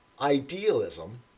Idealism